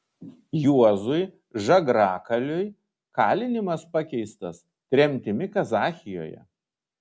juozui žagrakaliui kalinimas pakeistas tremtimi kazachijoje